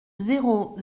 zéro